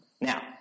Now